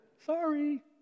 sorry